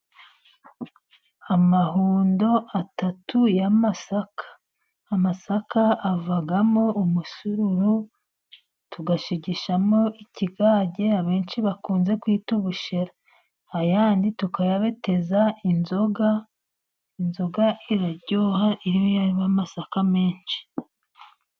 Amahundo atatu y'amasaka. Amasaka avamo umusururu tugashigishamo ikigage abenshi bakunze kwita ubushera. Ayandi tukayabeteza inzoga, inzoga iraryoha iyo irimo amasaka menshi.